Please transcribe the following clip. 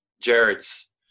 Jared's